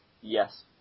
Yes